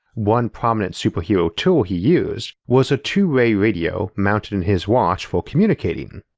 one prominent superhero tool he used was a two-way radio mounted in his watch for communicating.